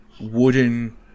wooden